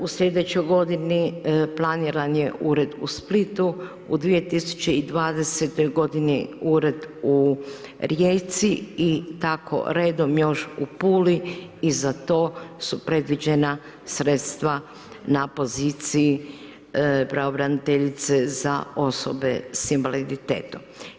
U sljedećoj godini planiran je u red u Splitu, u 2020. godini ured u Rijeci i tako redom još u Puli i za to su predviđena sredstva na poziciji pravobraniteljice za osobe sa invaliditetom.